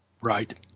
Right